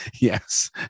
yes